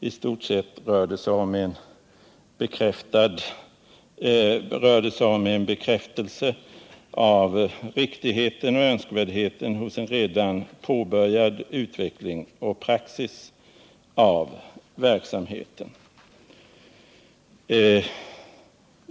I stort sett rör det sig om en bekräftelse av riktigheten och önskvärdheten beträffande redan påbörjad utveckling och praxis för verksamheten.